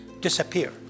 disappear